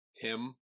Tim